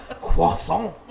Croissant